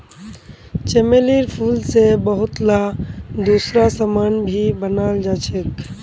चमेलीर फूल से बहुतला दूसरा समान भी बनाल जा छे